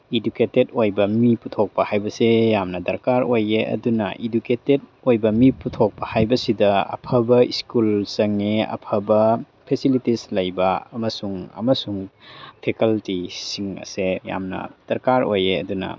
educated ꯑꯣꯏꯕ ꯃꯤ ꯄꯨꯊꯣꯛꯄ ꯍꯥꯏꯕꯁꯦ ꯌꯥꯝꯅ ꯗꯔꯀꯥꯔ ꯑꯣꯏꯌꯦ ꯑꯗꯨꯅ ꯏꯗꯨꯀꯦꯇꯦꯠ ꯑꯣꯏꯕ ꯃꯤ ꯄꯨꯊꯣꯛꯄ ꯍꯥꯏꯕꯁꯤꯗ ꯑꯐꯕ ꯁ꯭ꯀꯨꯜ ꯆꯪꯏ ꯑꯐꯕ ꯐꯦꯁꯤꯂꯤꯇꯤꯖ ꯂꯩꯕ ꯑꯃꯁꯨꯡ ꯑꯃꯁꯨꯡ ꯐꯦꯀꯜꯇꯤꯁꯤꯡ ꯑꯁꯦ ꯌꯥꯝꯅ ꯗꯔꯀꯥꯔ ꯑꯣꯏꯌꯦ ꯑꯗꯨꯅ